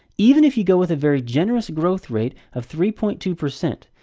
even if you go with a very generous growth rate of three point two percent,